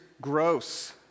gross